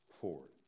forward